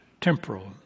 temporal